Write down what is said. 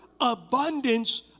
abundance